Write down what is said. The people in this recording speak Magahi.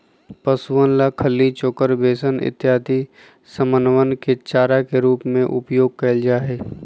पशुअन ला खली, चोकर, बेसन इत्यादि समनवन के चारा के रूप में उपयोग कइल जाहई